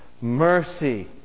mercy